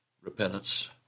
Repentance